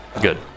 good